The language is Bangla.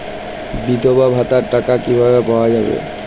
বিধবা ভাতার টাকা কিভাবে পাওয়া যাবে?